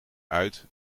uit